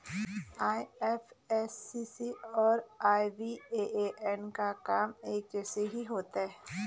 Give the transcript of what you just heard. IFSC और IBAN का काम एक जैसा ही होता है